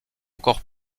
encore